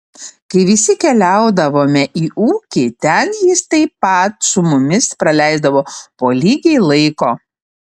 kai visi keliaudavome į ūkį ten jis taip pat su mumis praleisdavo po lygiai laiko